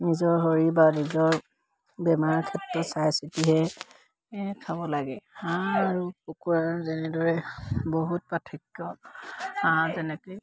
নিজৰ শৰীৰ বা নিজৰ বেমাৰৰ ক্ষেত্ৰত চাইচিতিহে খাব লাগে হাঁহ আৰু কুকুৰাৰ যেনেদৰে বহুত পাৰ্থক্য হাঁহ যেনেকৈ